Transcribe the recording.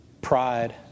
pride